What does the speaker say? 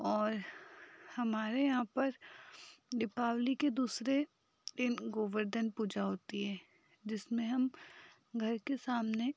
और हमारे यहाँ पर दीपावली के दूसरे दिन गोवर्धन पूजा होती है जिसमें हम घर के सामने